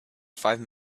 five